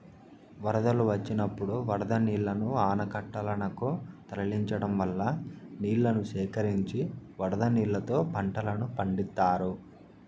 వరదలు వచ్చినప్పుడు వరద నీళ్ళను ఆనకట్టలనకు తరలించడం వల్ల నీళ్ళను సేకరించి వరద నీళ్ళతో పంటలను పండిత్తారు